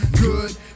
good